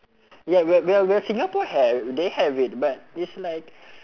ye~ well well well singapore have they have it but it's like